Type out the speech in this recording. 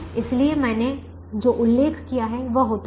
इसलिए मैंने जो उल्लेख किया वह होता है